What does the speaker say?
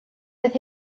doedd